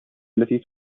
التي